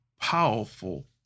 powerful